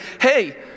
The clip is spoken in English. hey